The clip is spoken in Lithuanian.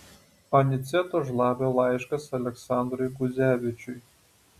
aniceto žlabio laiškas aleksandrui guzevičiui